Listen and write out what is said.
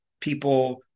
people